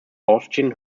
austrian